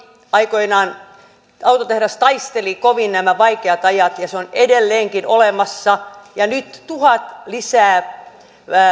aikoinaan taisteli kovin nämä vaikeat ajat ja se on edelleenkin olemassa ja nyt tuhat lisää